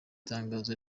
tangazo